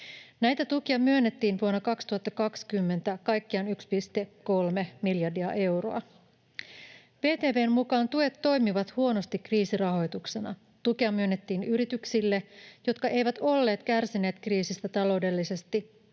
Näitä tukia myönnettiin vuonna 2020 kaikkiaan 1,3 miljardia euroa. VTV:n mukaan tuet toimivat huonosti kriisirahoituksena. Tukea myönnettiin yrityksille, jotka eivät olleet kärsineet kriisistä taloudellisesti.